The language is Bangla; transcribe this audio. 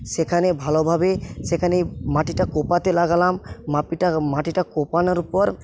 সেখানে ভালোভাবে সেখানে মাটিটা কোপাতে লাগলাম মাটিটা কোপানোর পর